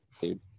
dude